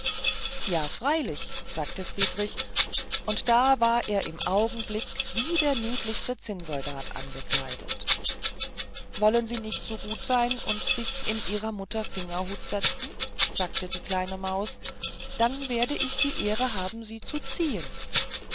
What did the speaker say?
ja freilich sagte friedrich und da war er im augenblick wie der niedlichste zinnsoldat angekleidet wollen sie nicht so gut sein und sich in ihrer mutter fingerhut setzen sagte die kleine maus dann werde ich die ehre haben sie zu ziehen